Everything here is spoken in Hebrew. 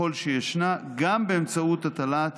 ככל שישנה, גם באמצעות הטלת